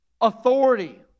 authority